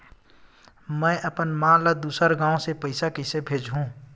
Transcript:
में अपन मा ला दुसर गांव से पईसा कइसे भेजहु?